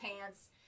pants